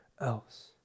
else